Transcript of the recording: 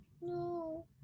No